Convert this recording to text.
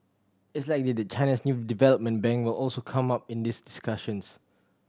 it's likely that China's new development bank will also come up in this discussions